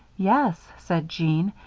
yes, said jean,